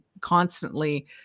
constantly